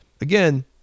again